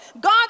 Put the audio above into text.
God